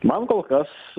man kol kas